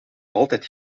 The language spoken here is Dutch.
altijd